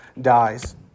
dies